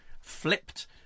flipped